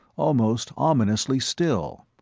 almost ominously still.